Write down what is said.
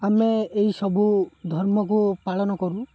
ଆମେ ଏହି ସବୁ ଧର୍ମକୁ ପାଳନ କରୁ